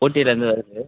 ஊட்டியில இருந்து வருது